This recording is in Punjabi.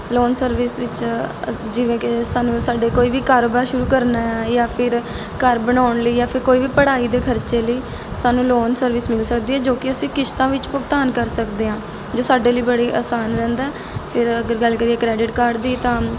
ਲੋਨ ਸਰਵਿਸ ਵਿੱਚ ਜਿਵੇਂ ਕਿ ਸਾਨੂੰ ਸਾਡੇ ਕੋਈ ਵੀ ਕਾਰੋਬਾਰ ਸ਼ੁਰੂ ਕਰਨਾ ਯਾ ਫਿਰ ਘਰ ਬਣਾਉਣ ਲਈ ਯਾ ਫਿਰ ਕੋਈ ਵੀ ਪੜ੍ਹਾਈ ਦੇ ਖਰਚੇ ਲਈ ਸਾਨੂੰ ਲੋਨ ਸਰਵਿਸ ਮਿਲ ਸਕਦੀ ਹੈ ਜੋ ਕਿ ਅਸੀਂ ਕਿਸ਼ਤਾਂ ਵਿੱਚ ਭੁਗਤਾਨ ਕਰ ਸਕਦੇ ਹਾਂ ਜੋ ਸਾਡੇ ਲਈ ਬੜੀ ਆਸਾਨ ਰਹਿੰਦਾ ਫਿਰ ਅਗਰ ਗੱਲ ਕਰੀਏ ਕ੍ਰੈਡਿਟ ਕਾਰਡ ਦੀ ਤਾਂ